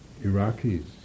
Iraqis